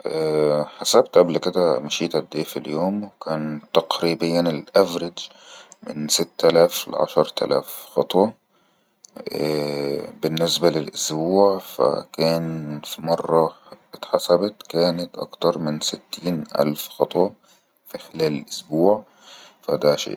حسبت قبل كده مشيت اد ايه ف اليوم كان تقريبا الافرد من ستلاف لعشرتلاف خظوة ءءءءيه بالنسبة للأسبوع فكان في مرة اتحسبت كانت اكتر من ستين الف خطوة في خلال اسبوع فدا شيء